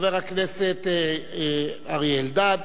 חבר הכנסת אריה אלדד,